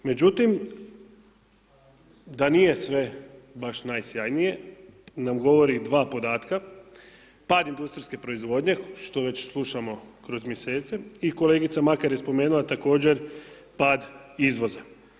Međutim, da nije sve baš najsjajnije nam govori 2 podatka, pad industrijske proizvodnje što već slušamo kroz mjesece i kolegica Makar je spomenula također pad izvoza.